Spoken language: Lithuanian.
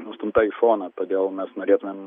nustumta į šoną todėl mes norėtumėm